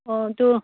ꯑꯣ ꯑꯗꯨ